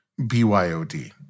BYOD